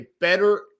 better